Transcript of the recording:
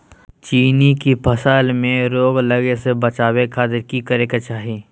चना की फसल में रोग लगे से बचावे खातिर की करे के चाही?